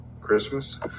Christmas